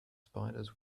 spiders